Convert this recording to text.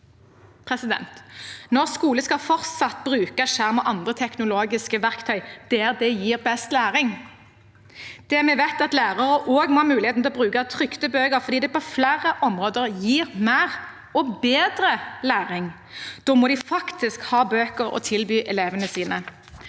Norsk skole skal fortsatt bruke skjerm og andre teknologiske verktøy der det gir best læring. Det vi vet, er at lærere også må ha muligheten til å bruke trykte bøker fordi det på flere områder gir mer og bedre læring. Da må de faktisk ha bøker å tilby elevene sine.